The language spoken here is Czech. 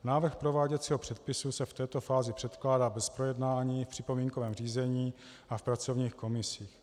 Návrh prováděcího předpisu se v této fázi předkládá bez projednání v připomínkovém řízení a v pracovních komisích.